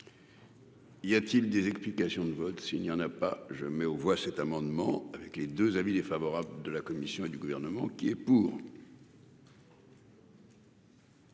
Y a-t-il des explications de vote, s'il y en a pas je mets aux voix cet amendement avec les deux avis défavorable de la Commission et du gouvernement qui est pour.